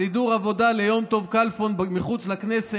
סידור עבודה ליום טוב כלפון מחוץ לכנסת.